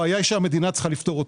זאת בעיה שהמדינה צריכה לפתור.